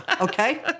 okay